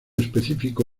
específico